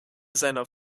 seiner